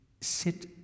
sit